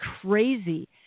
crazy